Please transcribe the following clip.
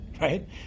right